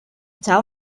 tell